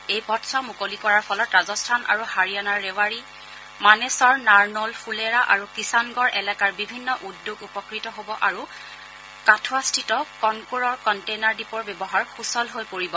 এই পথছোৱা মুকলি কৰাৰ ফলত ৰাজস্থান আৰু হাৰিয়ানাৰ ৰেৱাৰী মানেছৰ নাৰনৌল ফুলেৰা আৰু কিষানগড় এলেকাৰ বিভিন্ন উদ্যোগ উপকৃত হ'ব আৰু কাঠুৱাছস্থিত ক'নকোড়ৰ কণ্টেইনাৰ ডিপোৰ ব্যৱহাৰ সূচল হৈ পৰিব